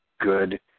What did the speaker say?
good